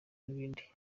n’ibindi